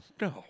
no